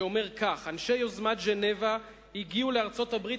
שאומר כך: אנשי יוזמת ז'נבה הגיעו לארצות-הברית